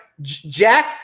Jack